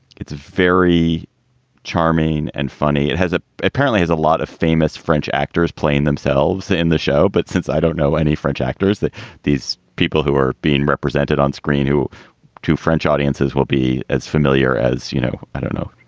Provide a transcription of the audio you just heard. it's very charming and funny. it has it ah apparently has a lot of famous french actors playing themselves in the show. but since i don't know any french actors that these people who are being represented on screen, who to french audiences will be as familiar as, you know, i don't know.